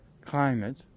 climate